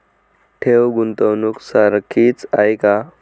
ठेव, गुंतवणूक सारखीच आहे का?